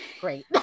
great